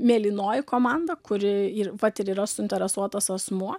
mėlynoji komanda kuri ir vat ir yra suinteresuotas asmuo